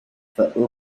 for